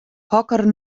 hokker